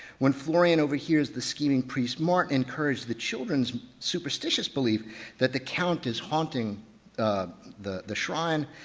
when florian overhears the scheming priest martin encourage the children's superstitious belief that the count is haunting the the shrine,